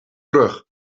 terug